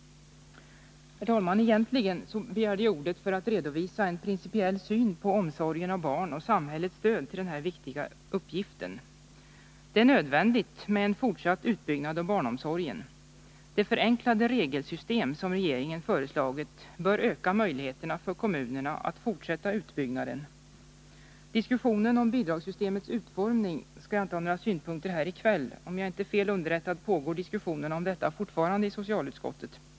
Herr talman! Egentligen begärde jag ordet för att redovisa en principiell syn på omsorgen om barn och samhällets stöd till denna viktiga uppgift. Det är nödvändigt med en fortsatt utbyggnad av barnomsorgen. Det förenklade regelsystem som regeringen har föreslagit bör öka möjligheterna för kommunerna att fortsätta utbyggnaden. Diskussionen om bidragssystemets utformning skall jag inte ha några synpunkter på i kväll. Om jag inte är fel underrättad pågår diskussionerna om detta fortfarande i socialutskottet.